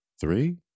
three